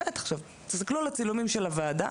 תסתכלו על הצילומים של הוועדה,